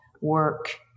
work